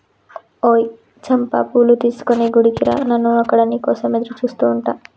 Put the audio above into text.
ఓయ్ చంపా పూలు తీసుకొని గుడికి రా నాను అక్కడ నీ కోసం ఎదురుచూస్తు ఉంటా